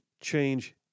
change